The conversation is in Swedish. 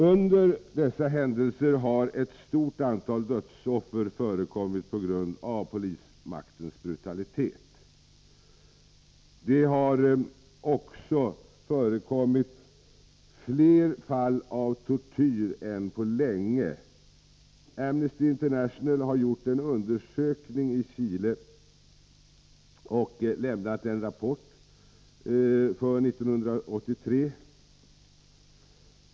Under dessa händelser har ett stort antal dödsoffer förekommit på grund av polismaktens brutalitet. Det har också förekommit fler fall av tortyr än på länge. Amnesty International har gjort en undersökning i Chile och lämnat en rapport för 1983.